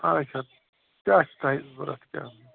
آچھا کیٛاہ چھُ تۄہہِ ضوٚرَتھ کیٛاہ